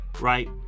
right